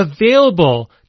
available